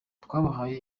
twabahaye